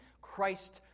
Christ